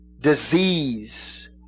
disease